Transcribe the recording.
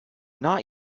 not